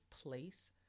place